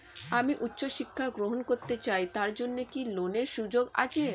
আমি উচ্চ শিক্ষা গ্রহণ করতে চাই তার জন্য কি ঋনের সুযোগ আছে?